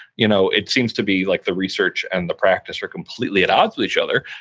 you know it seems to be like the research and the practice are completely at odds with each other,